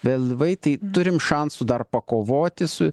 vėlyvai tai turim šansų dar pakovoti su